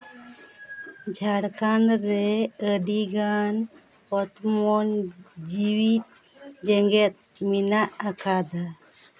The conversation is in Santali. ᱡᱷᱟᱲᱠᱷᱚᱱᱰ ᱨᱮ ᱟᱹᱰᱤᱜᱟᱱ ᱚᱛᱚᱢᱚᱱ ᱡᱤᱣᱤ ᱡᱮᱸᱜᱮᱛ ᱢᱮᱱᱟᱜ ᱟᱠᱟᱫᱟ